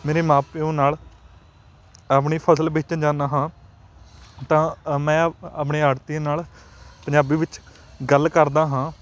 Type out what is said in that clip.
ਮੇਰੇ ਮਾਂ ਪਿਓ ਨਾਲ ਆਪਣੀ ਫਸਲ ਵੇਚਣ ਜਾਂਦਾ ਹਾਂ ਤਾਂ ਮੈਂ ਆਪਣੇ ਆੜਤੀਏ ਨਾਲ ਪੰਜਾਬੀ ਵਿੱਚ ਗੱਲ ਕਰਦਾ ਹਾਂ